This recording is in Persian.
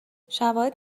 شواهد